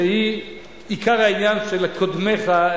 שהיא עיקר העניין של קודמיך,